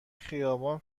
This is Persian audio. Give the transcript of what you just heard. خیابان